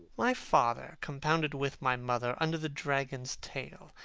my father compounded with my mother under the dragon's tail,